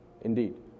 indeed